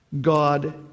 God